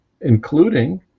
including